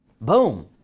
Boom